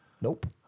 Nope